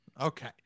Okay